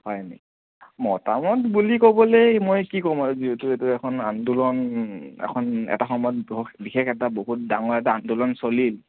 হয়নি মতামত বুলি ক'বলৈ মই কি কম আৰু যিহেতু এইখন এখন আন্দোলন এখন এটা সময়ত বহুত বিশেষ এটা বহুত ডাঙৰ এটা আন্দোলন চলিল